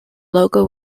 logo